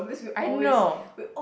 I know